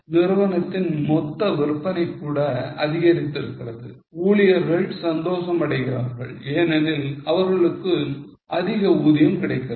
நிறுவனத்தின் மொத்த விற்பனை கூட அதிகரிக்கிறது ஊழியர்கள் சந்தோஷம் அடைகிறார்கள் ஏனெனில் அவர்களுக்கு அதிக ஊதியம் கிடைக்கிறது